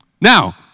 Now